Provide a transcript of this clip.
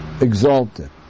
Exalted